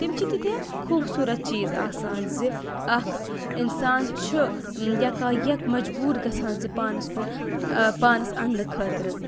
تِم چھِ تیٖتیٛاہ خوٗبصورَت چیٖز آسان زِ اَکھ اِنسان چھُ یَکایَک مجبوٗر گژھان زِ پانَس کُن پانَس انٛنہٕ خٲطرٕ